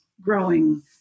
growing